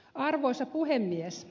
arvoisa puhemies